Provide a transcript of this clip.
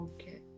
Okay